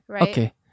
Okay